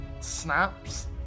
Snaps